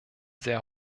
sehr